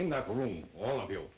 in that room all of you